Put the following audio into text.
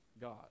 god